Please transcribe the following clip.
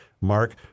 Mark